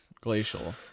Glacial